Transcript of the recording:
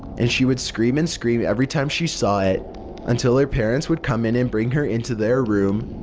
and she would scream and scream every time she saw it until her parents would come in and bring her into their room.